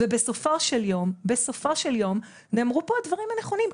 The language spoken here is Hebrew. בסופו של יום נאמרו פה הדברים הנכונים,